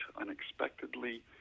unexpectedly